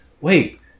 wait